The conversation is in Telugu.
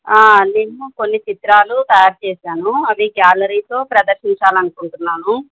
నేను కొన్ని చిత్రాలు తయారు చేశాను అవి గ్యాలరీతో ప్రదర్శించాలి అనుకుంటున్నాను